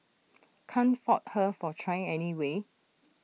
can't fault her for trying anyway